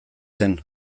zen